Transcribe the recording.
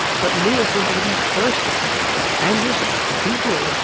but lewis would be the first to say that transitioning, as he's doing,